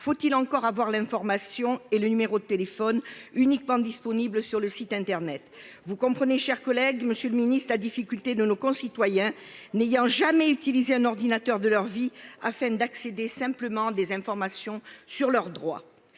faut-il encore avoir l'information et le numéro de téléphone, lequel est uniquement disponible sur le site internet ! Vous comprenez, mes chers collègues, monsieur le ministre, la difficulté de nos concitoyens n'ayant jamais utilisé un ordinateur de leur vie pour accéder simplement à des informations sur leurs droits.